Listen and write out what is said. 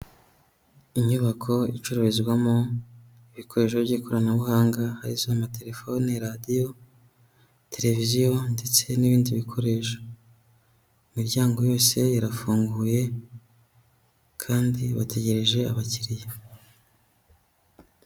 Inyubako icururizwamo ibikoresho by'ikoranabuhanga, arizo amatelefone, radiyo, televiziyo ndetse n'ibindi bikoresho. Imiryango yose irafunguye kandi bategereje abakiriya.